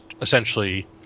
essentially